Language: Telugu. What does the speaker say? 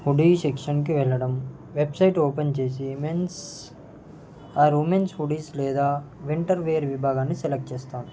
హుడీ సెక్షన్కి వెళ్ళడం వెబ్సైట్ ఓపెన్ చేసి మెన్స్ ఆర్ ఉమెన్స్ హుడీస్ లేదా వింటర్వేర్ విభాగాన్నిసెలెక్ట్ చేస్తాను